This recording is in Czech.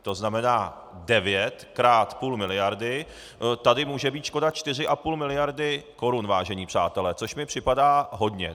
To znamená devět krát půl miliardy, tady může být škoda 4,5 miliardy korun, vážení přátelé, což mi připadá hodně.